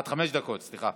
עד חמש דקות, סליחה.